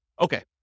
Okay